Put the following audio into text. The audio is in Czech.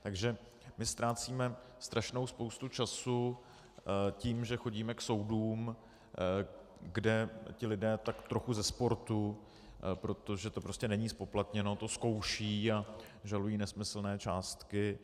Takže my ztrácíme strašnou spoustu času tím, že chodíme k soudům, kde ti lidé tak trochu ze sportu, protože to prostě není zpoplatněno, to zkoušejí a žalují nesmyslné částky.